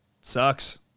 Sucks